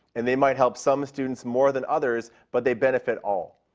and they might help some students more than others, but they benefit all.